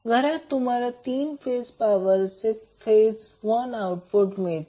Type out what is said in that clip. घरात तुम्हाला 3 फेज पॉवरचे 1 फेज आउटपुट मिळते